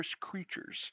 creatures